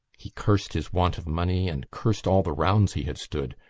he cursed his want of money and cursed all the rounds he had stood,